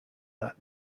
that